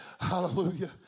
Hallelujah